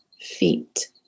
feet